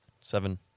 Seven